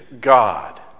God